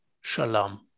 shalom